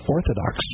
Orthodox